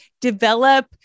develop